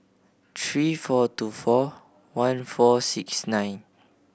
three four two four one four six nine